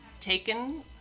taken